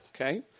Okay